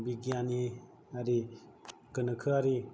बिगियानारि गोनोखोआरि